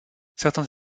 certains